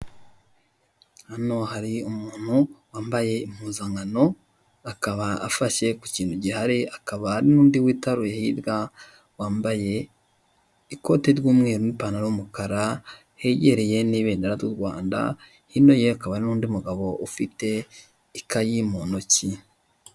Hano hari umuntu wambaye impuzankano akaba afashe ku kintu gihari, hakaba hari n'undi witaruye hirya wambaye ikote ry'umweru n'ipantaro y'umukara hegereye n'ibendera ry'u Rwanda hino ye hakaba hari n'undi mugabo ufite ikayi mu ntoki.